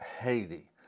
Haiti